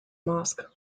mask